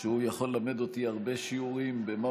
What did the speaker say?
שהוא יכול ללמד אותי הרבה שיעורים במה